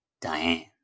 Diane